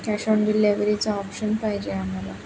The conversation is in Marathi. कॅश ऑन डिलेव्हरीचा ऑप्शन पाहिजे आम्हाला